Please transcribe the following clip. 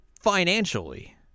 financially